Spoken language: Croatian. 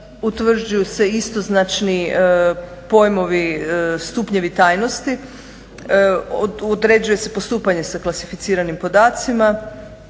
utvrđuju se istoznačni pojmovi stupnjevi tajnosti, određuje se postupanje sa klasificiranim podacima,